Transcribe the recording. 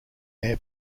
their